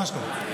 ממש לא.